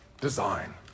design